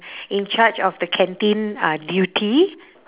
in charge of the canteen uh duty